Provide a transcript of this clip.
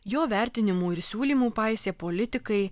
jo vertinimų ir siūlymų paisė politikai